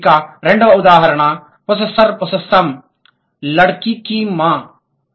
ఇక రెండవ ఉదాహరణ పొస్సెస్సర్ పొస్సెస్సామ్ లడ్కి కి మా అమ్మాయి యొక్క తల్లి